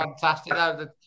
Fantastic